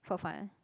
for fun